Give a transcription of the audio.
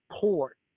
port